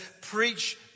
preach